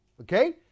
Okay